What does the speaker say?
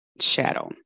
shadow